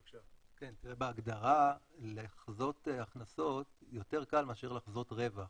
כן, בהגדרה לחזות הכנסות יותר קל מאשר לחזות רווח.